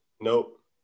Nope